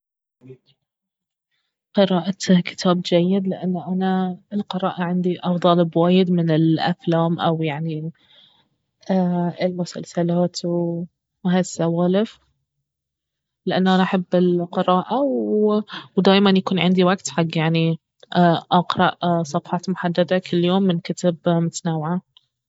قراءة كتاب جيد لانه انا القراءة عندي افضل بوايد من الأفلام او يعني المسلسلات وهالسوالف لانه انا احب القراءة ودايما يكون عندي وقت حق يعني اقرا صفحات محددة كل يوم من كتب متنوعة